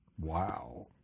Wow